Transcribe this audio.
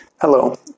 Hello